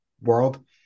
world